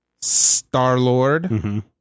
Star-Lord